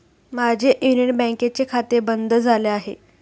माझे युनियन बँकेचे खाते बंद झाले आहे